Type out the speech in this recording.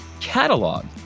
catalog